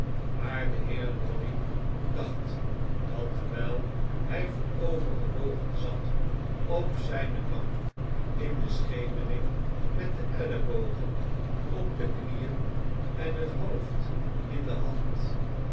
meer maarde heer lorry dacht dat terwijl hy voorovergebogen zat op zy'ne bank in de schemering met de ellebogen op de knieen en het hoofd in de hand